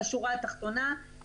השורה התחתונה,